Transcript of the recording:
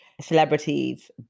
celebrities